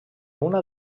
una